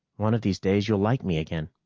one of these days you'll like me again.